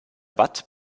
watt